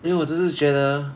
then 我只是觉得